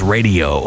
Radio